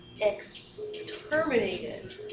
exterminated